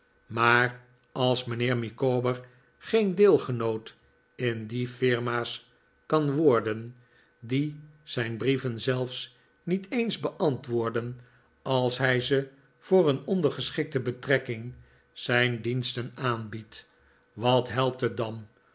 maar als mijnheer micawber geen deelgenoot in die firma's kan worden die zijn brieven zelfs niet eens beantwoorden als hij ze voor een ondergeschikte betrekking zijn diensten aanbiedt wat helpt het dan